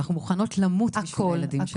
אנחנו מוכנות למות עבור הילדים שלנו.